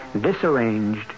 disarranged